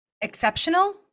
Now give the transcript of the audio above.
exceptional